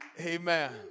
Amen